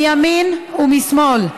מימין ומשמאל,